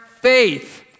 faith